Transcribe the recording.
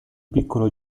piccolo